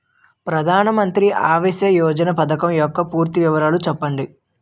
ప్రధాన మంత్రి ఆవాస్ యోజన పథకం యెక్క పూర్తి వివరాలు చెప్పండి?